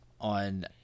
on –